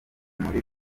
muri